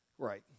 Right